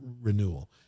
renewal